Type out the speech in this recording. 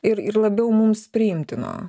ir ir labiau mums priimtino